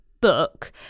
book